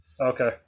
Okay